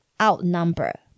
outnumber